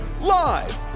live